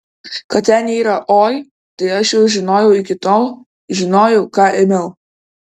kad ten yra oi tai aš jau žinojau iki tol žinojau ką ėmiau